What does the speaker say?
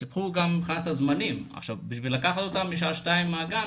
צריך לזכור שיש בעיה של סנכרון בזמנים כדי לקחת אותה בשעה 2 מהגן,